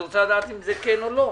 אני רוצה לדעת אם כן או לא.